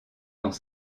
dans